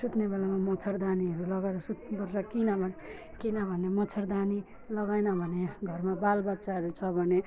सुत्ने बेलामा मच्छडदानीहरू लगाएर सुत्नु पर्छ किनभने किनभने मच्छडदानी लगाएन भने घरमा बाल बच्चाहरू छ भने